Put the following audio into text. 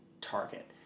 target